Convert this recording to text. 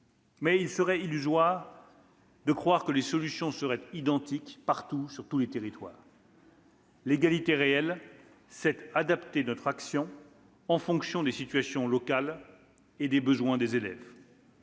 Mais il serait illusoire de croire que les solutions seraient identiques, partout, sur tous les territoires. « L'égalité réelle, c'est adapter notre action en fonction des situations locales et des besoins des élèves.